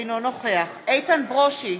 אינו נוכח איתן ברושי,